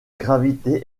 gravité